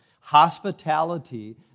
Hospitality